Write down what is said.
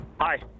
Hi